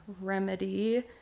remedy